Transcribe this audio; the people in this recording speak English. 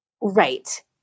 Right